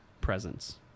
presence